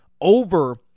over